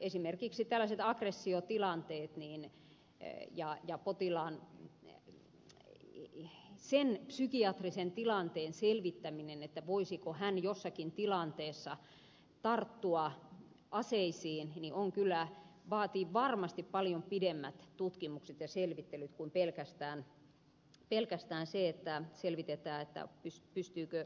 esimerkiksi tällaiset aggressiotilanteet ja potilaan psykiatrisen tilanteen selvittäminen sen voisiko hän jossakin tilanteessa tarttua aseisiin vaatii varmasti paljon pidemmät tutkimukset ja selvittelyt kuin pelkästään sen että selvitetään pystyykö henkilö ajamaan ajoneuvoa